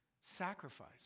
sacrifice